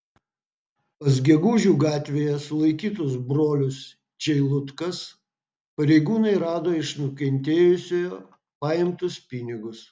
pas gegužių gatvėje sulaikytus brolius čeilutkas pareigūnai rado iš nukentėjusiojo paimtus pinigus